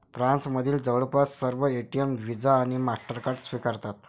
फ्रान्समधील जवळपास सर्व एटीएम व्हिसा आणि मास्टरकार्ड स्वीकारतात